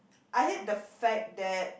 I hate the fact that